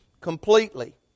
completely